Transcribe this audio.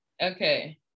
okay